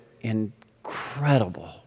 incredible